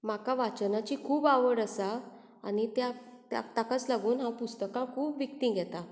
म्हाका वाचनाची खूब आवड आसा आनी त्या त्या ताकाच लागून हांव पुस्तकां खूब विकतीं घेतां